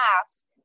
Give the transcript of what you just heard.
ask